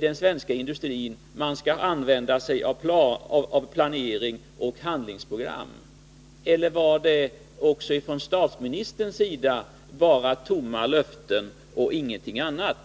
den svenska industrin — man skall använda sig av Om sysselsättningplanering och handlingsprogram. Eller var detta också från statsministerns en vid Kalmar sida bara tomma löften och ingenting annat?